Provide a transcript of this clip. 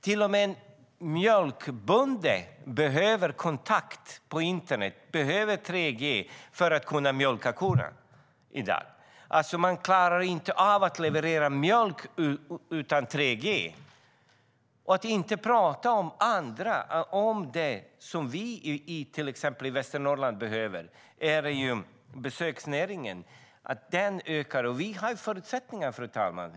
Till och med en mjölkbonde behöver kontakt med internet och 3G för att kunna mjölka korna. Man klarar inte av att leverera mjölk utan 3G, för att inte tala om de andra. I Västernorrland ökar till exempel besöksnäringen, och vi har förutsättningarna, fru talman.